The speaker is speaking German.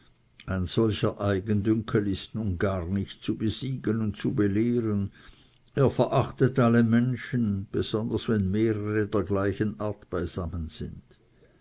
ein solcher eigendünkel ist nun gar nicht zu besiegen und zu belehren er verachtet alle menschen besonders wenn mehrere der gleichen art beisammen sind